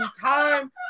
time